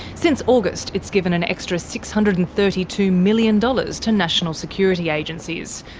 since august, it's given an extra six hundred and thirty two million dollars to national security agencies,